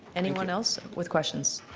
anyone else with questions?